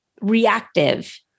reactive